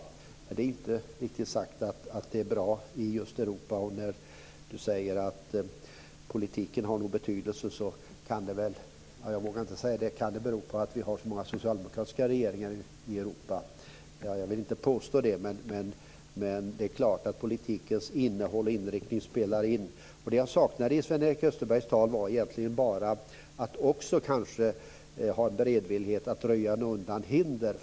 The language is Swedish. Det är inte riktigt sagt att det är bra i Europa. Han säger att politiken nog har betydelse. Kan det bero på - jag vågar inte säga det - att vi har så många socialdemokratiska regeringar i Europa? Jag vill inte påstå det, men det är klart att politikens innehåll och inriktning spelar in. Det jag saknade i Sven-Erik Österbergs tal var kanske egentligen bara en beredvillighet att röja undan hinder.